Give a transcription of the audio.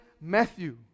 Matthew